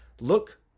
look